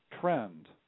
trend